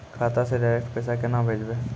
खाता से डायरेक्ट पैसा केना भेजबै?